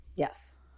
Yes